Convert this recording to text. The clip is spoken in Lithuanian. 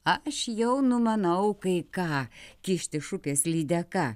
aš jau numanau kai ką kyšt iš upės lydeka